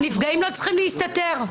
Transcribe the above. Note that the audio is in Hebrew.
הנפגעים לא צריכים להסתתר.